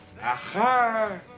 Aha